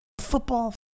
Football